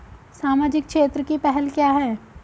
सामाजिक क्षेत्र की पहल क्या हैं?